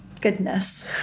goodness